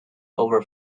over